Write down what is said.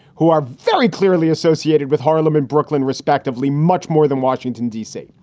who are very clearly associated with harlem and brooklyn, respectively, much more than washington, d c.